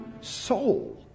soul